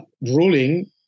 ruling